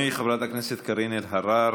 חבר הכנסת עודד פורר,